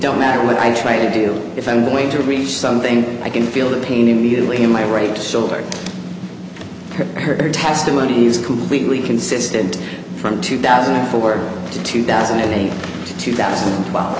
don't matter what i try to do if i'm going to reach something i can feel the pain immediately in my right shoulder her testimony is completely consistent from two thousand and four to two thousand and eight two thousand and twelve